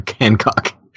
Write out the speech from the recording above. Hancock